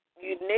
unique